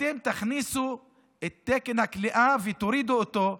תכניסו את תקן הכליאה ותורידו אותו.